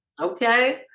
Okay